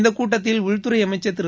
இந்த கூட்டத்தில் உள்துறை அமைச்சர் திரு